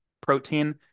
protein